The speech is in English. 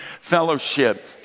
Fellowship